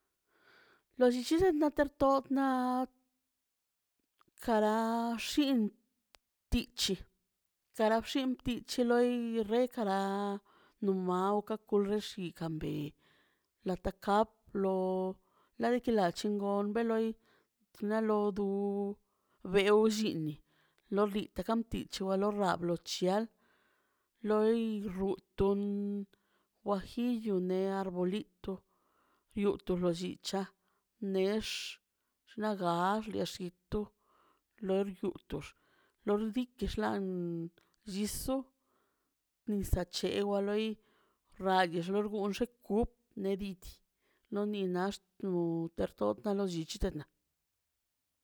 La llichibi latortogna kara x̱in tichi kara xin tichi loi rekara no mawka xo xikan be la takablo ladika ka chingo loi chna lo du beo llini lor liti kamptu chi lo chial lo runtun guajillo ne arbolito nuto lo llicha nex xnaga le xlito lor yutox lo xliti xlan llisu nisa chewaloi radio lo xwesungun gup le nediti lo ni nax to torntoni lo llichina